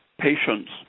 patients